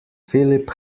philip